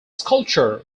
sculpture